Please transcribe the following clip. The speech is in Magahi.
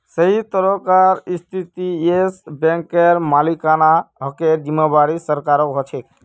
सभी तरहकार स्थितित येस बैंकेर मालिकाना हकेर जिम्मेदारी सरकारेर ह छे